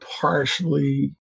Partially